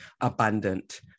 abundant